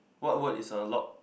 what word is a log